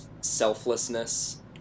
selflessness